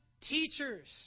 teachers